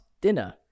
dinner